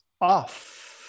off